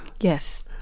Yes